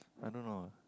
I don't know